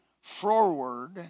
forward